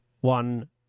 one